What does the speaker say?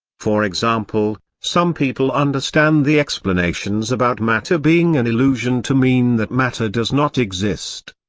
for example, some people understand the explanations about matter being an illusion to mean that matter does not exist.